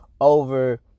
over